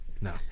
No